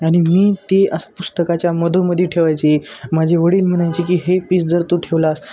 आणि मी ते असं पुस्तकाच्या मधोमध ठेवायचे माझे वडील म्हणायचे की हे पीस जर तू ठेवलास